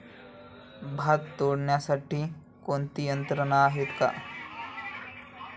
भात तोडण्यासाठी कोणती यंत्रणा आहेत का?